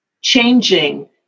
changing